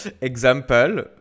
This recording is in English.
example